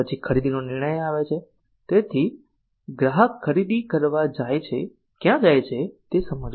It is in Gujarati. પછી ખરીદીનો નિર્ણય આવે છે તેથી ગ્રાહક ખરીદી કરવા ક્યાં જાય છે તે સમજવું